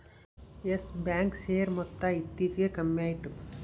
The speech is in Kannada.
ಯಸ್ ಬ್ಯಾಂಕ್ ಶೇರ್ ಮೊತ್ತ ಇತ್ತೀಚಿಗೆ ಕಮ್ಮ್ಯಾತು